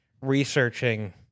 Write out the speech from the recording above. researching